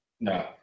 No